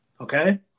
okay